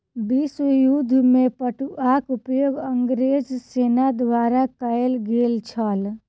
विश्व युद्ध में पटुआक उपयोग अंग्रेज सेना द्वारा कयल गेल छल